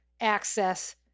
access